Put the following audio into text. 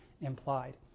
implied